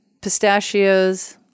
pistachios